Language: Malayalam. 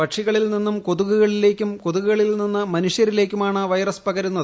പക്ഷികളിൽ നിന്നും കൊതുകുകളിലേക്കും കൊതുകുകളിൽ നിന്ന് മനുഷ്യരിലേക്കു മാണ് വൈറസ് പകരുന്നത്